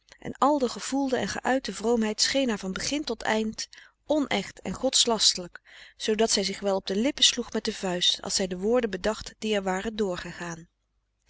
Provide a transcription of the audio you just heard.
en al de gevoelde en geuitte vroomheid scheen haar van begin tot eind onecht en godslasterlijk zoodat zij zich wel op de lippen sloeg met de vuist als zij de woorden bedacht die er waren door gegaan